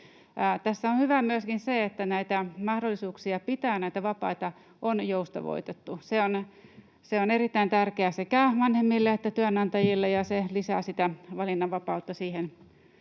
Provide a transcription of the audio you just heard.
Tässä on hyvää myöskin se, että näitä mahdollisuuksia pitää näitä vapaita on joustavoitettu. Se on erittäin tärkeää sekä vanhemmille että työnantajille, ja se lisää sitä valinnanvapautta siihen